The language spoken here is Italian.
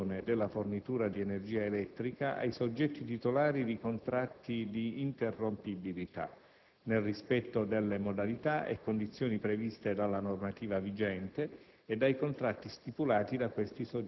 ha dovuto provvedere all'interruzione della fornitura di energia elettrica ai soggetti titolari di contratti di interrompibilità, nel rispetto delle modalità e condizioni previste dalla normativa vigente